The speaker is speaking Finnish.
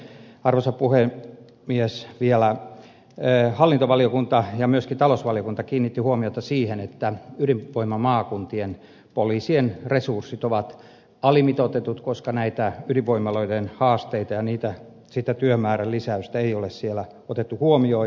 sitten arvoisa puhemies vielä hallintovaliokunta ja myöskin talousvaliokunta kiinnittivät huomiota siihen että ydinvoimamaakuntien poliisien resurssit ovat alimitoitetut koska näitä ydinvoimaloiden haasteita ja sitä työmäärän lisäystä ei ole siellä otettu huomioon